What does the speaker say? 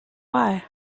why